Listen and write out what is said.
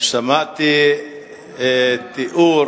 שמעתי תיאור